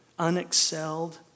Unexcelled